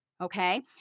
okay